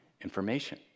information